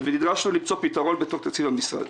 ונדרשנו למצוא פתרון בתוך תקציב המשרד.